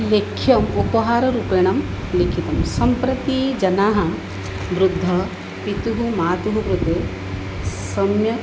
लेख्यम् उपाहाररूपेण लिखितं सम्प्रति जनाः वृद्धपितुः मातुः कृते सम्यक्